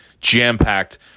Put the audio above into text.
jam-packed